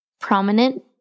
prominent